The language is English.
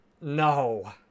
no